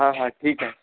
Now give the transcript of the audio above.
हां हां ठीक आहे